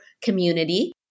community